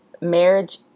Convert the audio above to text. marriage